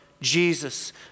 Jesus